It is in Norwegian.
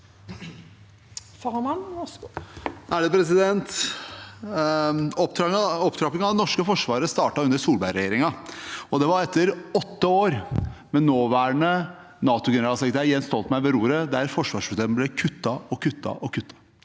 (H) Opptrappin- gen av det norske forsvaret startet under Solberg-regjeringen. Det var etter åtte år med nåværende NATO-generalsekretær, Jens Stoltenberg, ved roret, der forsvarsbudsjettene ble kuttet og kuttet